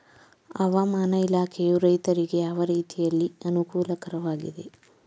ಹವಾಮಾನ ಇಲಾಖೆಯು ರೈತರಿಗೆ ಯಾವ ರೀತಿಯಲ್ಲಿ ಅನುಕೂಲಕರವಾಗಿದೆ?